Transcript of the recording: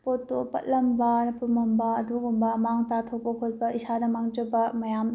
ꯄꯣꯠꯇꯣ ꯄꯠꯂꯝꯕ ꯄꯨꯝꯃꯝꯕ ꯑꯗꯨꯒꯨꯝꯕ ꯑꯃꯥꯡ ꯑꯇꯥ ꯊꯣꯛꯄ ꯈꯣꯠꯄ ꯏꯁꯥꯗ ꯃꯥꯡꯖꯕ ꯃꯌꯥꯝ